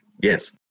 Yes